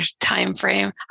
timeframe